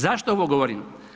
Zašto ovo govorim?